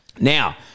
Now